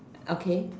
okay